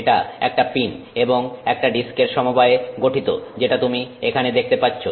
এটা একটা পিন এবং একটা ডিস্কের সমবায়ে গঠিত যেটা তুমি এখানে দেখতে পাচ্ছ